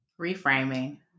Reframing